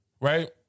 Right